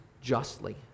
justly